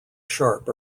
sharp